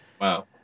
Wow